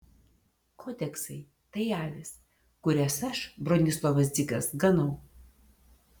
kodeksai tai avys kurias aš bronislovas dzigas ganau